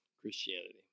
Christianity